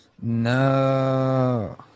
No